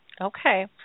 Okay